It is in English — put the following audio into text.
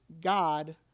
God